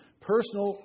personal